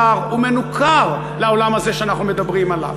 זר ומנוכר לעולם הזה שאנחנו מדברים עליו.